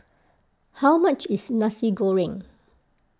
how much is Nasi Goreng